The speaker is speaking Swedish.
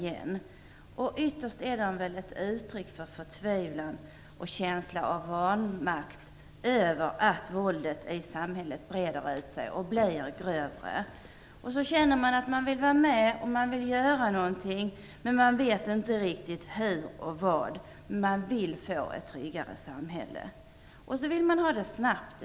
De är närmast ett uttryck för förtvivlan och känsla av vanmakt över att våldet i samhället breder ut sig och blir grövre. Man vill vara med och göra något, men vet inte hur och vad. Man vill ha ett tryggare samhälle, och man vill ha det snabbt.